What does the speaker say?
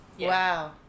wow